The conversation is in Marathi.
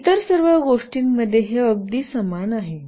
इतर सर्व गोष्टींमध्ये हे अगदी समान आहे